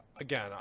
again